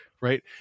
right